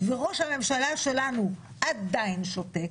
וראש הממשלה שלנו עדיין שותק.